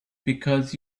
because